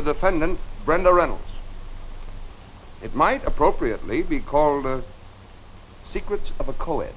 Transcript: the defendant brenda reynolds it might appropriately be called the secrets of a coed